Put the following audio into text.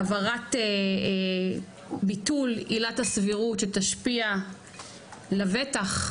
העברת ביטול עילת הסבירות שתשפיע לבטח,